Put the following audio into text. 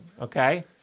Okay